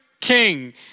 king